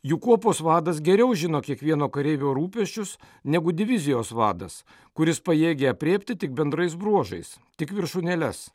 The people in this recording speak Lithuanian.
juk kuopos vadas geriau žino kiekvieno kareivio rūpesčius negu divizijos vadas kuris pajėgia aprėpti tik bendrais bruožais tik viršūnėles